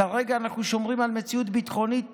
כרגע אנחנו שומרים על מציאות ביטחונית